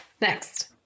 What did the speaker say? Next